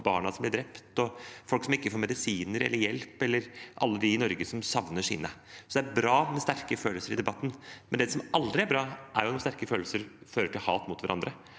om barna som blir drept, om folk som ikke får medisiner eller hjelp, eller om alle de i Norge som savner sine. Så det er bra med sterke følelser i debatten. Men det som er aldri er bra, er når sterke følelser fører til hat mot hverandre.